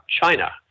China